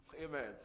Amen